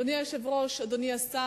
אדוני היושב-ראש, אדוני השר,